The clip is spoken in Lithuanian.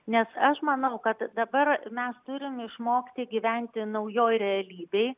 nes aš manau kad dabar mes turim išmokti gyventi naujoj realybėj